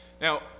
Now